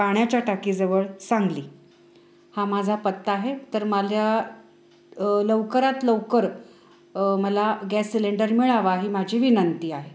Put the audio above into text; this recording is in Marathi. पाण्याच्या टाकीजवळ सांगली हा माझा पत्ता आहे तर मला लवकरात लवकर मला गॅस सिलेंडर मिळावा ही माझी विनंती आहे